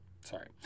sorry